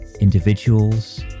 individuals